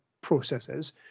processes